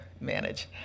manage